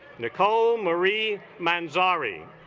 nicole marie man sorry